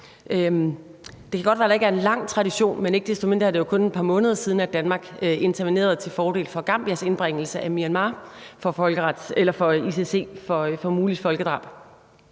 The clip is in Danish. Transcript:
Det kan godt være, at der ikke er en lang tradition, men ikke desto mindre er det kun et par måneder siden, Danmark intervenerede til fordel for Gambias indbringelse af Myanmar for ICJ for muligt folkedrab.